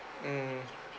mm